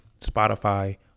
Spotify